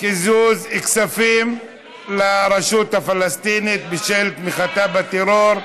קיזוז כספים לרשות הפלסטינית בשל תמיכתה בטרור,